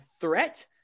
threat